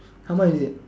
how much is it